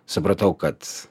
supratau kad